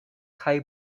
kaj